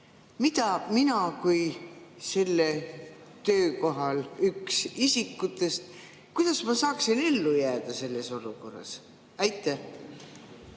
Kuidas mina kui sellel töökohal üks isikutest saaksin ellu jääda selles olukorras? Aitäh!